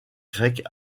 grecs